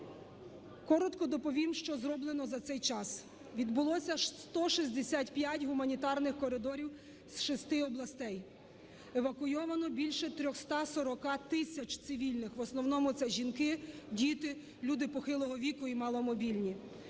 Коротко доповім, що зроблено за цей час. Відбулося 165 гуманітарних коридорів з шести областей. Евакуйовано більше 340 тисяч цивільних, в основному це жінки, діти, люди похилого віку і маломобільні.